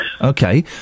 Okay